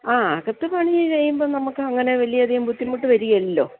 ആ അകത്ത് പണി ചെയ്യുമ്പോള് നമുക്ക് അങ്ങനെ വലിയ അധികം ബുദ്ധിമുട്ട് വരികേലല്ലോ